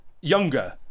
younger